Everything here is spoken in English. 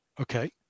Okay